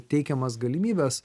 teikiamas galimybes